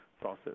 process